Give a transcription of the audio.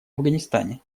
афганистане